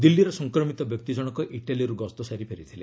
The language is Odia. ଦିଲ୍ଲୀର ସଂକ୍ରମିତ ବ୍ୟକ୍ତି ଜଣଙ୍କ ଇଟ୍ଟାଲିରୁ ଗସ୍ତ ସାରି ଫେରିଥିଲେ